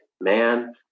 man